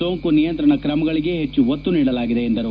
ಸೋಂಕು ನಿಯಂತ್ರಣ ಕ್ರಮಗಳಿಗೆ ಹೆಚ್ಚು ಒತ್ತು ನೀಡಲಾಗಿದೆ ಎಂದರು